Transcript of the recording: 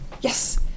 Yes